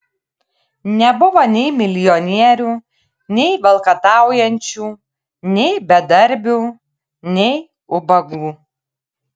nebuvo nei milijonierių nei valkataujančių nei bedarbių nei ubagų